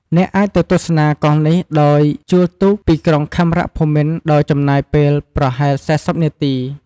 អ្នកអាចទៅទស្សនាកោះនេះដោយជួលទូកពីក្រុងខេមរភូមិន្ទ ដោយចំណាយពេលប្រហែល ៤០ នាទី។